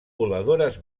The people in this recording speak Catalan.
voladores